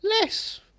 less